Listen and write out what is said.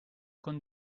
con